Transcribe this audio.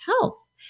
health